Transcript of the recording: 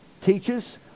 teaches